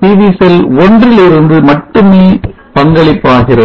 PV cell 1 ல் இருந்து மட்டுமே பங்களிப்பாகிறது